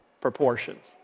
proportions